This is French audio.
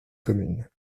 commune